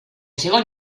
segon